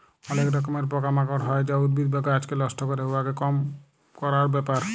অলেক রকমের পকা মাকড় হ্যয় যা উদ্ভিদ বা গাহাচকে লষ্ট ক্যরে, উয়াকে কম ক্যরার ব্যাপার